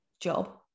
job